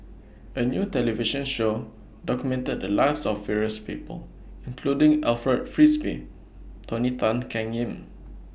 A New television Show documented The Lives of various People including Alfred Frisby Tony Tan Keng Yam